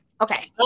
Okay